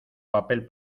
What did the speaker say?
papel